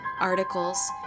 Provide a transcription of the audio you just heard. articles